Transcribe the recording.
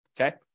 Okay